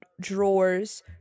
drawers